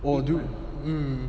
我 du~ hmm